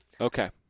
Okay